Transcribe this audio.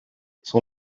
son